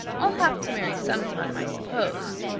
i'll have to marry sometime, i suppose,